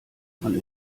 man